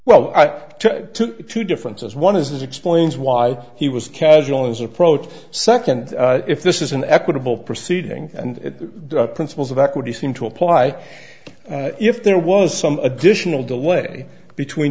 well i took two differences one is explains why he was casual as approach second if this is an equitable proceeding and the principles of equity seem to apply if there was some additional delay between